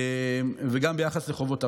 וגם ביחס לחובות עבר.